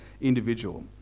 individual